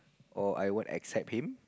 or I won't accept him